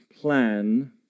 plan